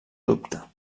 dubta